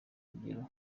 rugero